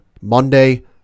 Monday